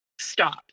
stop